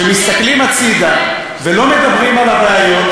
כשמסתכלים הצדה ולא מדברים על הבעיות,